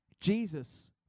Jesus